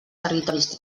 territoris